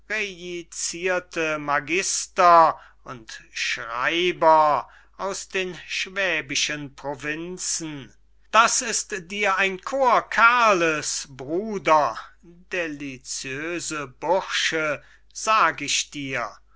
magister und schreiber aus den schwäbischen provinzen das ist dir ein korps kerles bruder deliciöse bursche sag ich dir